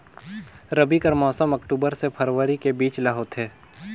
रबी कर मौसम अक्टूबर से फरवरी के बीच ल होथे